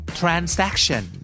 transaction